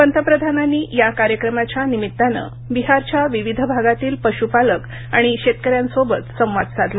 पंतप्रधानांनी या कार्यक्रमाच्या निमित्तानं बिहारच्या विविध भागातील पश्पालक आणि शेतकऱ्यांसोबत संवाद साधला